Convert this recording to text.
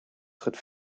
tritt